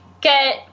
get